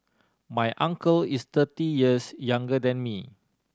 my uncle is thirty years younger than me